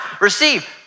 Receive